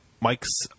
Mike's